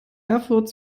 erfurt